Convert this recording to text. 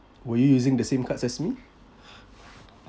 were you using the same cards as me